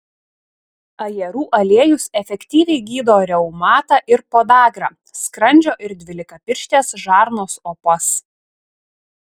ajerų aliejus efektyviai gydo reumatą ir podagrą skrandžio ir dvylikapirštės žarnos opas